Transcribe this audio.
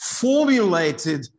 formulated